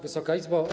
Wysoka Izbo!